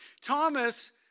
Thomas